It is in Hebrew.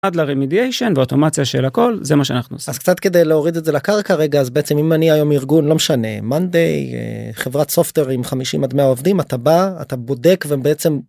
עד ל-remediation ואוטומציה של הכל, זה מה שאנחנו עושים... אז קצת כדי להוריד את זה לקרקע רגע, אז בעצם אם אני היום ארגון לא משנה מונדי... חברת software עם 50 עד 100 עובדים, אתה בא, אתה בודק, ובעצם...